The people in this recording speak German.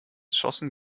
schossen